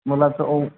मुलाचं ओं